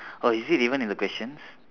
oh is it even in the questions